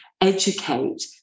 educate